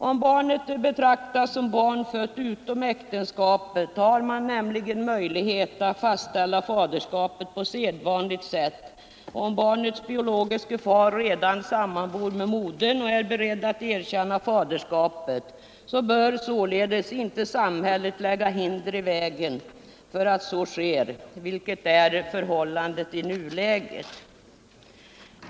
Om barnet betraktas som barn fött utom äktenskap har man nämligen möjlighet att fastställa faderskapet på sedvanligt sätt. Om barnets biologiske far redan sammanbor med modern och är beredd att erkänna faderskapet bör inte samhället lägga hinder i vägen för att så sker, vilket är förhållandet i nuläget.